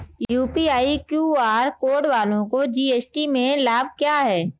UPI QR code वालों को GST में लाभ क्या है?